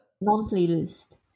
Non-playlist